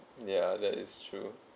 ya that is true